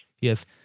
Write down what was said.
yes